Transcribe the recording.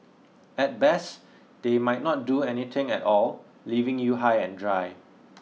at best they might not do anything at all leaving you high and dry